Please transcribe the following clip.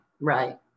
right